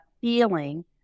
feeling